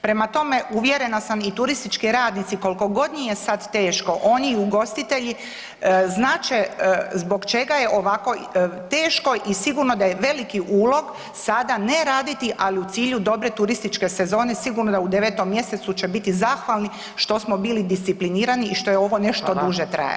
Prema tome uvjerena sam i turistički radnici koliko god im je sad teško oni ugostitelji znat će zbog čega je ovako teško i sigurno da je veliki ulog sada ne raditi, ali u cilju dobre turističke sezone sigurno da u 9. mjesecu će biti zahvalni što smo bili disciplinirani i što je ovo nešto duže trajalo.